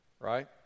right